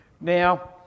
Now